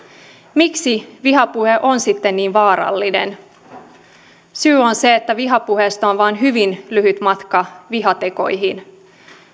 miksi vihapuhe on sitten niin vaarallista syy on se että vihapuheesta on vain hyvin lyhyt matka vihatekoihin